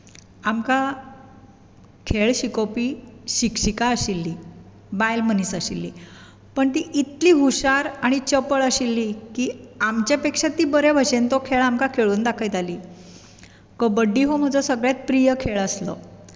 आमकां खेळ शिकोवपी शिक्षिका आशिल्ली बायल मनीस आशिल्ली पूण ती इतली हुशार आनी चपळ आशिल्ली की आमच्या पेक्षा ती बऱ्या भशेन तो खेळ आमकां खेळोवन दाखयताली कबड्डी हो म्हजो सगळ्यांत प्रिय खेळ आसलो